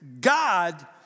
God